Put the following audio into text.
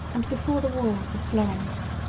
and before the walls of florence.